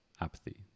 apathy